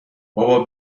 بابا